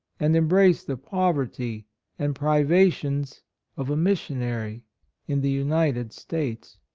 and embrace the poverty and privations of a mis sionary in the united states.